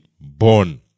born